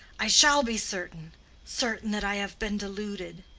i shall be certain certain that i have been deluded.